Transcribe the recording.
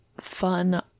fun